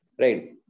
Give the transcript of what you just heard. right